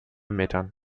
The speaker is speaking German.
metern